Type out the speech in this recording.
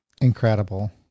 Incredible